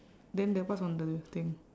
then the what's on the thing